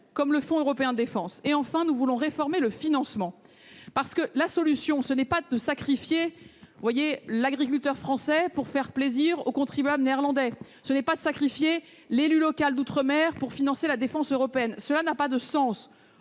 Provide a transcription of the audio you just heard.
comme le Fonds européen de la défense. Enfin, nous voulons réformer le financement, parce que la solution, ce n'est pas de sacrifier l'agriculteur français pour faire plaisir au contribuable néerlandais, ou de sacrifier l'élu local d'outre-mer pour financer la défense européenne. Cela n'a pas de sens